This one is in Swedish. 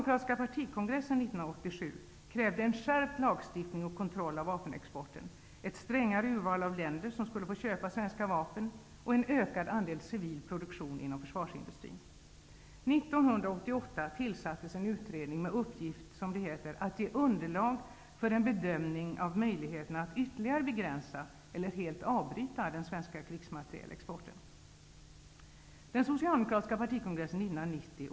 krävde en skärpt lagstiftning och kontroll av vapenexporten, ett strängare urval av länder som skulle få köpa svenska vapen och en ökad andel civil produktion inom försvarsindustrin. 1988 tillsattes en utredning med uppgift ''att ge underlag för en bedömning av möjligheterna att ytterligare begränsa eller helt avbryta den svenska krigsmaterielexporten''.